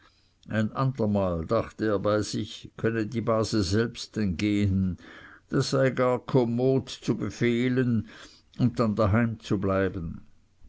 ein andermal dachte er bei sich könne die base selbsten gehen das sei gar kommod zu befehlen und dann daheim zu bleiben